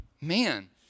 Man